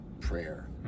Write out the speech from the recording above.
prayer